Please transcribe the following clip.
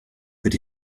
that